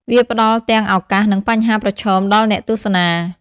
វាផ្តល់ទាំងឱកាសនិងបញ្ហាប្រឈមដល់អ្នកទស្សនា។